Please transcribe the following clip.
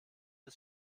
des